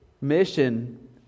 mission